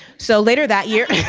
so later that yeah